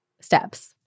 steps